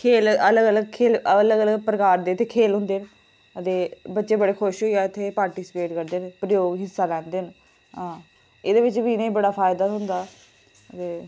खेल अलग खेल अलग अलग प्रकार दे खेल होंदे इत्थै ते बच्चे बड़े खुश होइये इत्थै पार्टीस्पेट करदे न प्रजोग हिस्सा लैंदे न आं एह्दे बिच बी इ'नेंगी बड़ा फायदा थ्होंदा ते